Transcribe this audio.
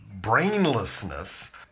brainlessness